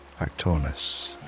Actonus